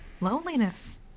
Loneliness